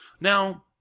Now